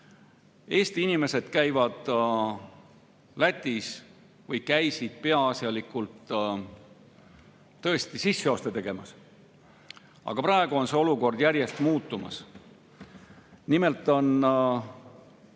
Eesti inimesed käivad, õigemini käisid Lätis peaasjalikult tõesti sisseoste tegemas. Aga praegu on see olukord järjest muutumas. Nimelt on